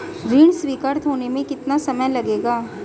ऋण स्वीकृत होने में कितना समय लगेगा?